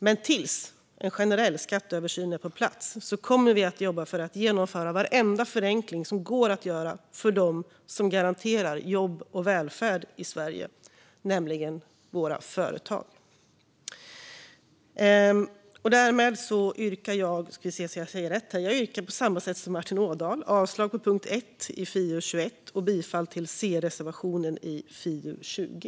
Men tills en generell skatteöversyn är på plats kommer vi att jobba för att genomföra varenda förenkling som går att göra för dem som garanterar jobb och välfärd i Sverige, nämligen våra företag. Därmed yrkar jag liksom Martin Ådahl avslag på punkt 1 i Fiu21 och bifall till Centerpartiets reservation i FiU20.